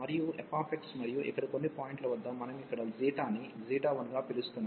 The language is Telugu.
మరియు fమరియు ఇక్కడ కొన్ని పాయింట్ల వద్ద మనం ఇక్కడ ని 1గా పిలుస్తున్నాము